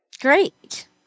Great